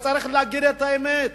אבל צריך להגיד את האמת,